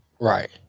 Right